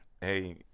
Hey